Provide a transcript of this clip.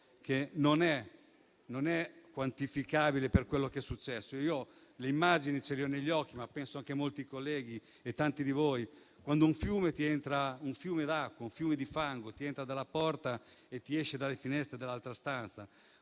che non è quantificabile per quello che è successo. Io le immagini le ho negli occhi, ma penso anche molti colleghi e tanti di voi. Quando un fiume di fango entra dalla porta e esce dalle finestre dell'altra stanza;